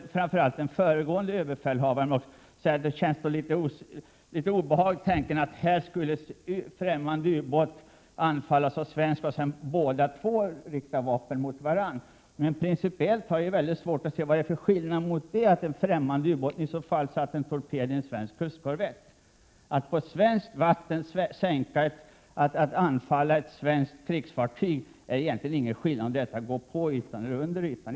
Jag vet att både den föregående överbefälhavaren och den nuvarande har upplevt det obehagligt att tänka sig att en fträmmande ubåt beskjuts av en svensk, för den andre kan svara med dödande eld. Men principiellt har jag svårt att se vad det är för skillnad jämfört med att den ffrämmande ubåten sätter en torped i en svensk kustkorvett. Om någon på svenskt vatten anfaller ett svenskt krigsfartyg är det egentligen ingen skillnad om det svenska fartyget befinner sig på eller under ytan.